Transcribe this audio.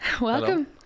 welcome